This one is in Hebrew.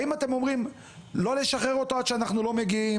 האם אתם אומרים: לא לשחרר אותו עד שאנחנו לא מגיעים,